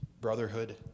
brotherhood